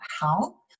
help